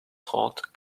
trente